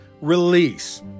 release